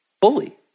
fully